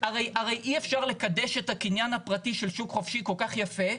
הרי אי אפשר לקדש את הקניין הפרטי של שוק חופשי כל כך יפה,